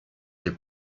che